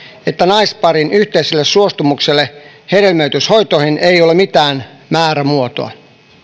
että naisparin yhteiselle suostumukselle hedelmöityshoitoihin ei ole mitään määrämuotoa